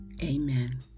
Amen